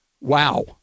wow